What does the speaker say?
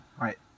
Right